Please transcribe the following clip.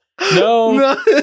no